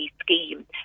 scheme